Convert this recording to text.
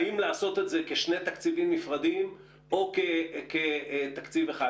האם לעשות את זה כשני תקציבים נפרדים או כתקציב אחד.